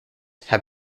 have